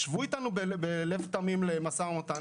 תשבו אתנו בתום-לב למשא ומתן,